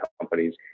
companies